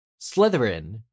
Slytherin